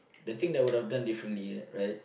the thing that I would have done differently right